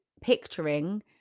picturing